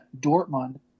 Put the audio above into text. Dortmund